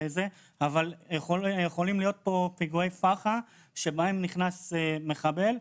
אבל יכולים להיות פה פיגועי פח"ע שנכנס מחבל,